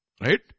right